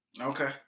Okay